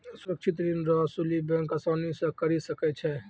सुरक्षित ऋण रो असुली बैंक आसानी से करी सकै छै